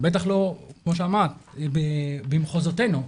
כמו שאמרת - במחוזותינו.